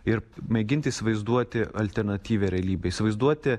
ir mėginti įsivaizduoti alternatyvią realybę įsivaizduoti